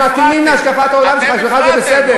הם מתאימים להשקפת העולם שלך, זה בסדר.